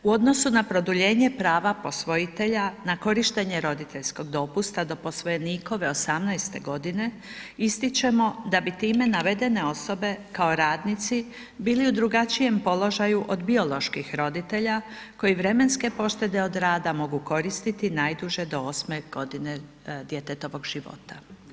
U odnosu na produljenje prava posvojitelja na korištenje roditeljskog dopusta do posvojenikove 18 g., ističemo da bi time navedene osobe kao radnici bili u drugačijem položaju od bioloških roditelja koji vremenske poštede od rada mogu koristiti najduže do 8 g. djetetovog života.